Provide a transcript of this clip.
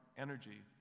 energy,